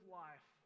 life